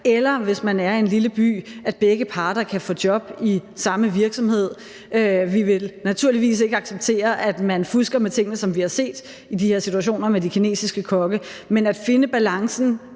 eller, hvis man er i en lille by, at begge parter kan få job i samme virksomhed. Vi vil naturligvis ikke acceptere, at man fusker med tingene, som vi har set i de her situationer med de kinesiske kokke, men at vi finder balancen,